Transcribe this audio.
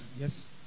Yes